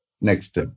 next